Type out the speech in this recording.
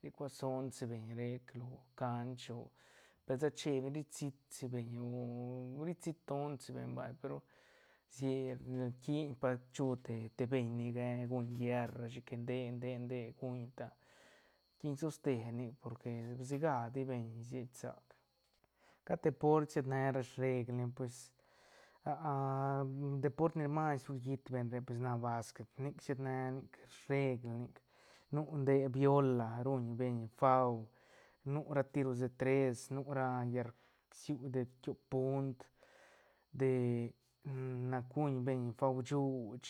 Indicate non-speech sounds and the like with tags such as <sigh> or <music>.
ri cua sons si beñ rec lo cach o per ni sa che beñ ri sit si beñ o ri sit tont si beñ vay pe ru rquiñ pa chu te beñ ni gue guuñ guiar rashi que de- de- de guñta rquin soste nic porque siga ti beñ sied sac cat deport sied ne ra sreg ne pues <hesitation> de port ni mas ru riit beñ re pues nac basquet nic sied ne nic regle nic nu nde biola ruñ beñ fau nu sa ti ros de tres nu ra llar siu ra tiop punt de <hesitation> nac guñbeñ bau shuuch